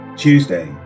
Tuesday